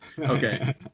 okay